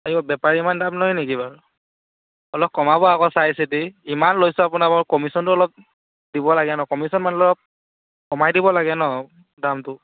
বেপাৰী ইমান দাম লয় নেকি বাৰু অলপ কমাব আকৌ চাইচিতি ইমান লৈছোঁ আপোনাৰপৰা কমিছনো অলপ দিব লাগে ন কমিছন কমাই দিব লাগে ন দামটো